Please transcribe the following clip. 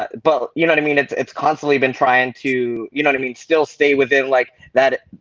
but you know what i mean? it's it's constantly been trying to, you know what i mean? still stay within like that.